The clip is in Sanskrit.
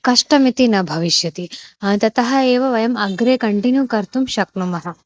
कष्टमिति न भविष्यति ततः एव वयम् अग्रे कण्टिन्यू कर्तुं शक्नुमः